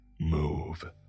Move